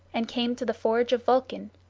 and came to the forge of vulcan,